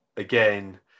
again